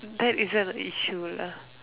that isn't an issue lah